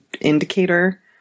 indicator